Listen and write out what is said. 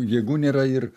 jėgų nėra ir